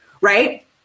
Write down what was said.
right